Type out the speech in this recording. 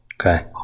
okay